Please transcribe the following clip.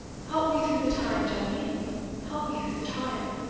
help me through the time, jemmy help me through the time.